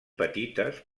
petites